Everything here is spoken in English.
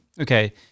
okay